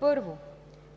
1.